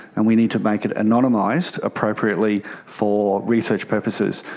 and we need to make it anonymised appropriately for research purposes.